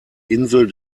insel